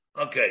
Okay